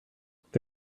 there